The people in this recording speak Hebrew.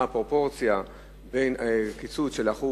מה הפרופורציה בין קיצוץ של 1%,